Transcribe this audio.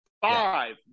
Five